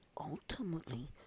ultimately